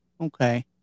Okay